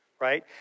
right